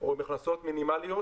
או עם הכנסות מינימליות